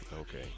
Okay